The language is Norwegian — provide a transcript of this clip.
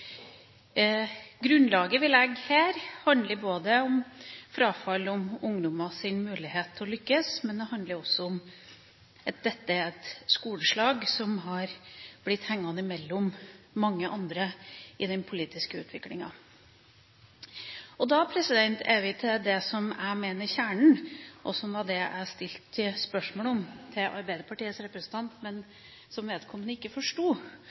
Grunnlaget vi legger her, handler om frafall og om ungdommers mulighet til å lykkes, men det handler også om at dette er et skoleslag som har blitt hengende mellom mange andre i den politiske utviklingen. Da er vi ved det som jeg mener er kjernen, og som var det jeg stilte spørsmål om til Arbeiderpartiets representant, men som vedkommende ikke forsto.